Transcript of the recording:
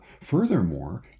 Furthermore